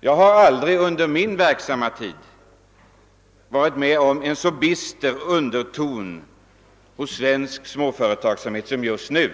Jag har aldrig tidigare under min verksamma tid varit med om en så bitter underton hos svensk företagsamhet som just nu,